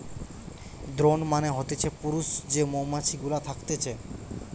drone মানে হতিছে পুরুষ যে মৌমাছি গুলা থকতিছে